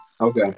Okay